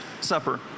Supper